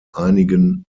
einigen